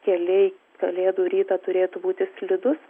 keliai kalėdų rytą turėtų būti slidūs